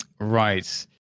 Right